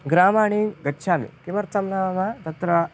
ग्रामान् गच्छामि किमर्थं नाम तत्र